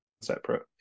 separate